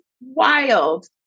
wild